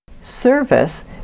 service